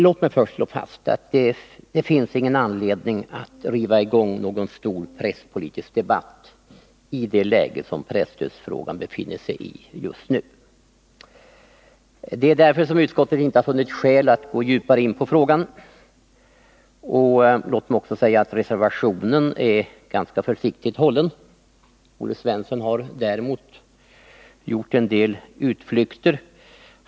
Låt mig först slå fast: Det finns ingen anledning att riva i gång någon stor presspolitisk debatt i det läge som presstödsfrågan befinner sig i just nu. Det är därför som utskottet inte har funnit skäl att gå djupare in på den frågan. Låt mig också säga att reservationen är ganska försiktigt hållen. Olle Svensson har däremot gjort en del utflykter.